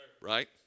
right